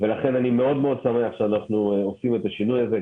לכן אני מאוד מאוד שמח שאנחנו עושים את השינוי הזה,